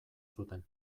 zuten